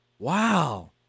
Wow